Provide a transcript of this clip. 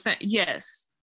yes